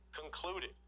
concluded